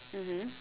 mmhmm